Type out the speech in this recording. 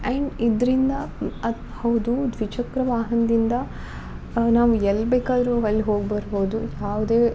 and ಇದರಿಂದ ಅದು ಹೌದು ದ್ವಿಚಕ್ರ ವಾಹನದಿಂದ ನಾವು ಎಲ್ಲಿ ಬೇಕಾದ್ರೂ ಅಲ್ಲಿ ಹೋಗಿ ಬರ್ಬೋದು ಯಾವುದೇ